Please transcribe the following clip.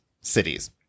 cities